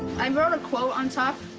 i wrote a quote on top.